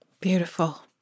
Beautiful